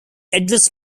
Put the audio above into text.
address